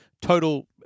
total